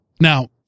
Now